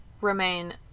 remain